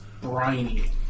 briny